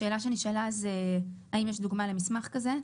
השאלה שנשאלה זה האם יש דוגמה למסמך כזה?